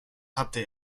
hatte